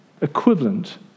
equivalent